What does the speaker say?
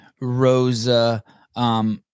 Rosa